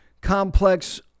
complex